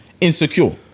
insecure